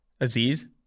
Aziz